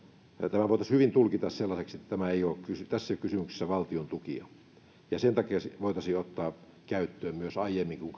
tämä voitaisiin hyvin tulkita sellaiseksi että tässä ei ole kysymyksessä valtiontuki ja sen takia se voitaisiin ottaa käyttöön myös aiemmin kuin